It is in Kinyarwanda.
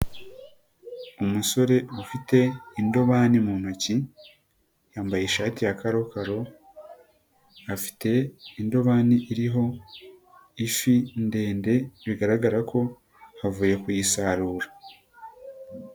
Umusore ufite indobani mu ntoki, yambaye ishati ya karokaro, afite indobani iriho ifi ndende, bigaragara ko havuye kuyisarura.